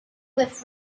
with